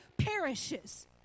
perishes